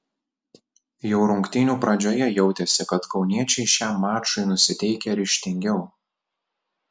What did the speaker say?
jau rungtynių pradžioje jautėsi kad kauniečiai šiam mačui nusiteikę ryžtingiau